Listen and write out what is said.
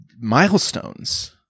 Milestones